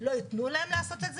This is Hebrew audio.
לא ייתנו להם לעשות את זה.